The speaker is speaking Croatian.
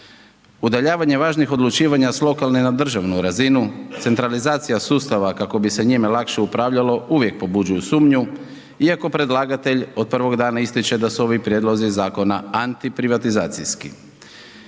Udaljavanje važnih odlučivanja sa lokalne na državnu razinu, centralizacija sustava kako bi se njime lakše upravljalo, uvijek pobuđuju sumnju iako predlagatelj od prvog dana ističe da su ovi prijedlozi zakona antiprivatizacijski.